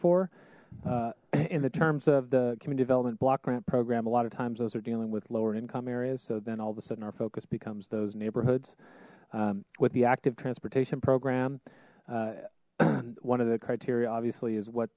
for in the terms of the kim yuna development block grant program a lot of times those are dealing with lower income areas so then all of a sudden our focus becomes those neighborhoods with the active transportation program one of the criteria obviously is what